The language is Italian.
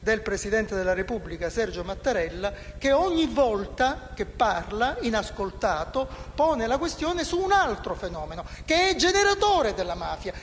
del presidente della Repubblica Sergio Mattarella che, ogni volta che parla, inascoltato, pone la questione su un altro fenomeno, che è generatore della mafia,